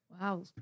Wow